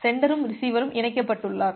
சென்டரும் ரிசீவரும் இணைக்கப்பட்டுள்ளனர்